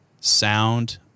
sound